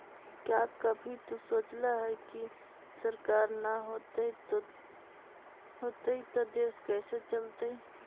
क्या कभी तु सोचला है, की सरकार ना होतई ता देश कैसे चलतइ